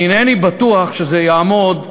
אני אינני בטוח שזה יעמוד,